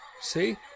See